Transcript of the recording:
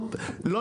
אנחנו יודעים,